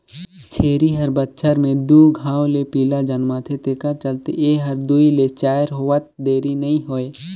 छेरी हर बच्छर में दू घांव ले पिला जनमाथे तेखर चलते ए हर दूइ ले चायर होवत देरी नइ होय